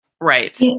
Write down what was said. Right